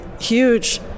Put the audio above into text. huge